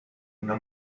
una